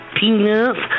peanuts